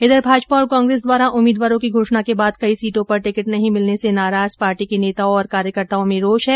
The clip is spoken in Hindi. इधर भाजपा और कांग्रेस द्वारा उम्मीदवारों की घोषणा के बाद कई सीटों पर टिकिट नहीं मिलने से नाराज पार्टी के नेताओं और कार्यकर्ताओं में रोष है